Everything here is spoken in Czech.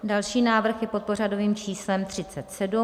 Další návrh je pod pořadovým číslem 37.